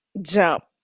jump